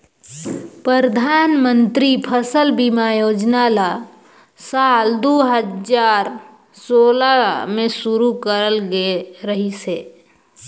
परधानमंतरी फसल बीमा योजना ल साल दू हजार सोला में शुरू करल गये रहीस हे